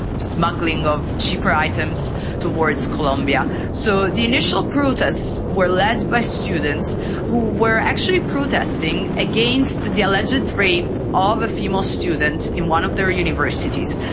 smuggling of cheaper items towards colombia. so the initial protests were led by students who were actually protesting against the alleged rape of a female student in one of their universities.